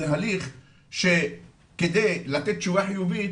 זה הליך שכדי לתת תשובה חיובית,